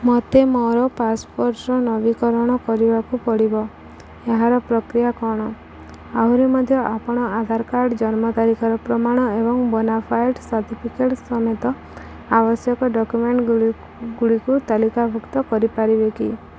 ମୋତେ ମୋର ପାସପୋର୍ଟ୍ର ନବୀକରଣ କରିବାକୁ ପଡ଼ିବ ଏହାର ପ୍ରକ୍ରିୟା କ'ଣ ଆହୁରି ମଧ୍ୟ ଆପଣ ଆଧାର କାର୍ଡ଼୍ ଜନ୍ମ ତାରିଖର ପ୍ରମାଣ ଏବଂ ବୋନାଫାଏର୍ଡ଼୍ ସାର୍ଟିଫିକେଟ୍ ସମେତ ଆବଶ୍ୟକ ଡକ୍ୟୁମେଣ୍ଟ୍ଗୁଡ଼ିକୁ ତାଲିକାଭୁକ୍ତ କରିପାରିବେ କି